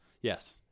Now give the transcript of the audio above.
Yes